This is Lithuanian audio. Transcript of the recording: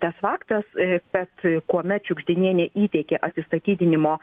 tas faktas kad kuomet šiugždinienė įteikė atsistatydinimo